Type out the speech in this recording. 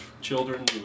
children